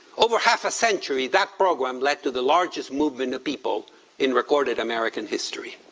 over half a century, that program led to the largest movement of people in recorded american history.